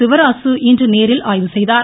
சிவராசு இன்று நேரில் ஆய்வு செய்தார்